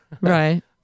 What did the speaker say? Right